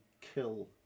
kill